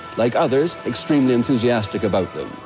like others, extremely enthusiastic about them.